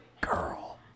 girl